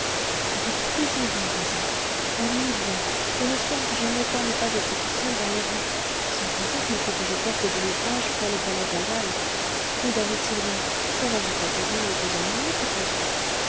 avec plaisir mon voisin la nuit vient et le soir j'aime autant ne pas être toute seule dans les rues sans compter qu'il faut que je porte de l'ouvrage près le palais-royal mais d'aller si loin ça va vous fatiguer et vous ennuyer peut-être